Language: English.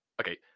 Okay